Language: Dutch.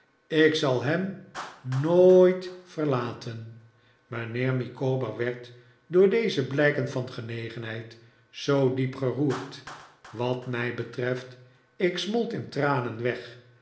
ik zal hem no ooit verlaten mijnheer micawber werd door deze blijken van genegenheid zoo diep geroerd wat mij betreft ik smolt in tranen weg